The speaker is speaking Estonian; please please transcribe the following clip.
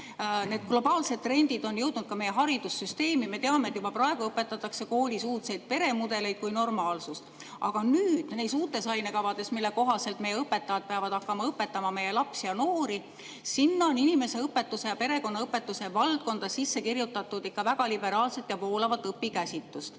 väga kaugele hälbitud – jõudnud ka meie haridussüsteemi. Me teame, et juba praegu õpetatakse koolis uudseid peremudeleid kui normaalsust. Aga neis uutes ainekavades, mille järgi meie õpetajad peavad hakkama õpetama meie lapsi ja noori, on inimeseõpetuse ja perekonnaõpetuse valdkonda sisse kirjutatud ikka väga liberaalset ja voolavat õpikäsitlust.